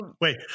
Wait